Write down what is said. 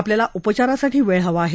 आपल्याला उपचारासाठी वेळ हवा आहे